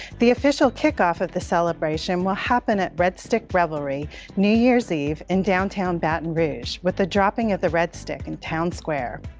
the official kick off of the celebration will happen at red stick revelry new year's eve in downtown baton rouge with the dropping of the red stick in town square.